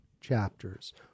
chapters